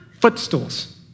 footstools